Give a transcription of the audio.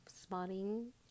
spotting